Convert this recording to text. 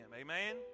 amen